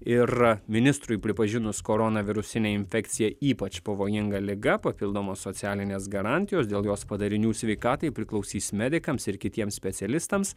ir ministrui pripažinus koronavirusinę infekciją ypač pavojinga liga papildomos socialinės garantijos dėl jos padarinių sveikatai priklausys medikams ir kitiems specialistams